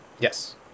yes